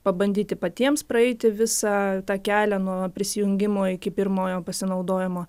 pabandyti patiems praeiti visą tą kelią nuo prisijungimo iki pirmojo pasinaudojimo